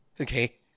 okay